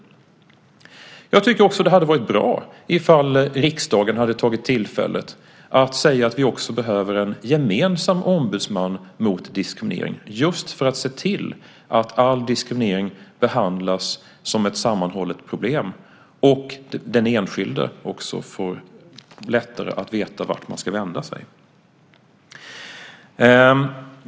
Jag tycker också att det hade varit bra om riksdagen hade tagit tillfället att säga att vi också behöver en gemensam ombudsman mot diskriminering, just för att se till att all diskriminering behandlas som ett sammanhållet problem och den enskilde också får lättare att veta vart han ska vända sig.